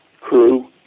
crew